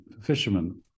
fishermen